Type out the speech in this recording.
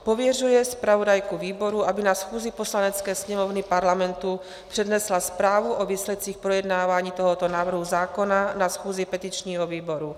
Pověřuje zpravodajku výboru, aby na schůzi Poslanecké sněmovny Parlamentu přednesla zprávu o výsledcích projednávání tohoto návrhu zákona na schůzi petičního výboru.